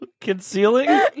concealing